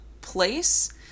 place